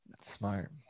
smart